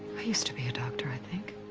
i used to be a doctor i think